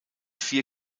vier